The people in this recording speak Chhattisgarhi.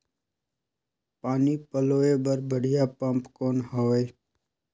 पानी पलोय बर बढ़िया पम्प कौन हवय?